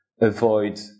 avoid